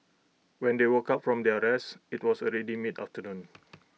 when they woke up from their rest IT was already mid afternoon